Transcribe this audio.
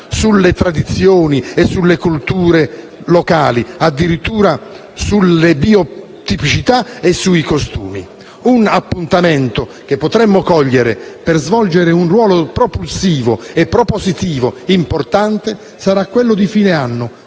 sulle tradizioni e sulle culture locali, addirittura sulle biotipicità e sui costumi. Un appuntamento che potremmo cogliere per svolgere un ruolo propulsivo e propositivo importante sarà quello di fine anno